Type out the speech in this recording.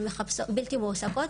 בלתי מועסקות,